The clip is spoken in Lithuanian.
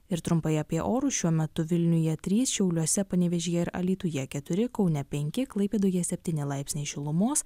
ir trumpai apie orus šiuo metu vilniuje trys šiauliuose panevėžyje ir alytuje keturi kaune penki klaipėdoje septyni laipsniai šilumos